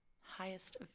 highest